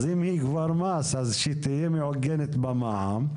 אז אם זה כבר מס, אז שתהיה מעוגנת במע"מ,